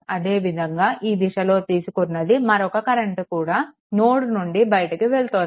అదేవిధంగా ఈ దిశలో తీసుకున్నందున మరొక కరెంట్ కూడా నోడ్ నుండి బయటికి వెళ్తోంది